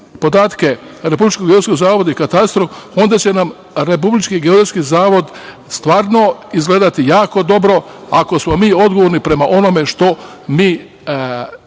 podatke Republičkom geodetskom zavodu i katastru, onda će nam Republički geodetski zavod stvarno izgledati jako dobro, ako smo mi odgovorni prema onome što mi držimo